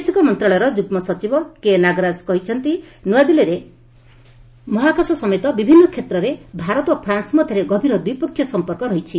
ବୈଦେଶିକ ମନ୍ତ୍ରଣାଳୟର ଯୁଗ୍ମ ସଚିବ କେ ନାଗରାଜ ଗତକାଲି ନୂଆଦିଲ୍ଲୀରେ କହିଛନ୍ତି ମହାକାଶ ସମେତ ବିଭିନ୍ନ କ୍ଷେତ୍ରରେ ଭାରତ ଏବଂ ଫ୍ରାନ୍ସ ମଧ୍ୟରେ ଗଭୀର ଦ୍ୱିପକ୍ଷୀୟ ସମ୍ପର୍କ ରହିଛି